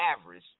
average